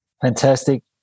fantastic